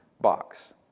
box